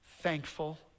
thankful